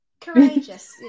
courageous